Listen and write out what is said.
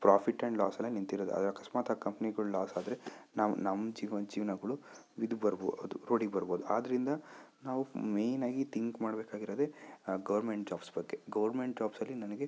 profit and ಲಾಸಲ್ಲೆ ನಿಂತಿರೋದು ಅದು ಆಕಸ್ಮಾತ್ ಆ ಕಂಪ್ನಿಗಳು ಲಾಸ್ ಆದರೆ ನಾವು ನಮ್ಮ ಜೀವನ ಜೀವ್ನಗಳು ಇದು ಬರಬೋದು ರೋಡಿಗೆ ಬರಬೋದು ಆದ್ರಿಂದ ನಾವು ಮೇಯ್ನಾಗಿ ತಿಂಕ್ ಮಾಡ್ಬೇಕಾಗಿರೊದೇ ಆ ಗೌರ್ಮೆಂಟ್ ಜಾಬ್ಸ್ ಬಗ್ಗೆ ಗೌರ್ಮೆಂಟ್ ಜಾಬ್ಸಲ್ಲಿ ನನಗೆ